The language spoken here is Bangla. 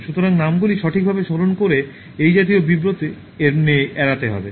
সুতরাং নামগুলি সঠিকভাবে স্মরণ করে এই জাতীয় বিব্রত এড়াতে হবে